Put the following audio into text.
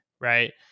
right